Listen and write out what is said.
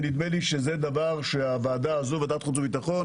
נדמה לי שאם ועדת החוץ והביטחון